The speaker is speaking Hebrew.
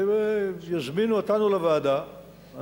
יזמינו אותנו לוועדה,